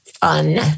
fun